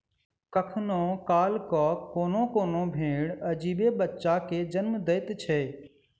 कखनो काल क कोनो कोनो भेंड़ अजीबे बच्चा के जन्म दैत छै